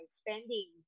spending